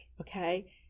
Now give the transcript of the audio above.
okay